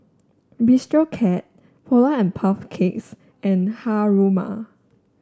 Bistro Cat Polar and Puff Cakes and Haruma